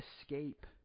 escape